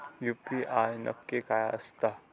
UPI नक्की काय आसता?